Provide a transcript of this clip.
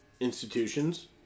Institutions